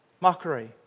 Mockery